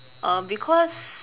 uh because